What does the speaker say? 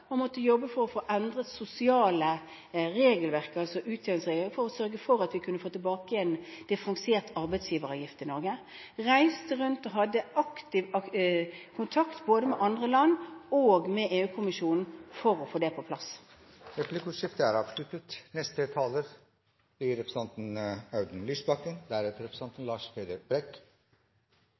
og måtte jobbe for å få endret det sosiale regelverket, altså utjevningsregler, for å sørge for at man kunne få tilbake differensiert arbeidsgiveravgift i Norge. Jeg reiste rundt og hadde aktiv kontakt både med andre land og med EU-kommisjonen for å få det på plass. Replikkordskiftet er omme. Hva er